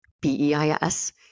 B-E-I-S